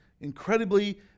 incredibly